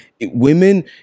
women